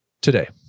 today